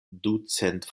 ducent